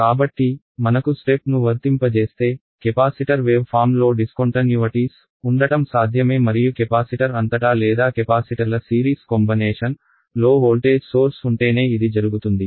కాబట్టి మనకు స్టెప్ ను వర్తింపజేస్తే కెపాసిటర్ వేవ్ ఫామ్ లో నిలిపివేతలు ఉండటం సాధ్యమే మరియు కెపాసిటర్ అంతటా లేదా కెపాసిటర్ల శ్రేణి కలయిక లో వోల్టేజ్ సోర్స్ ఉంటేనే ఇది జరుగుతుంది